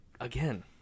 again